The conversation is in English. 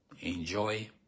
Enjoy